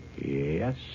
Yes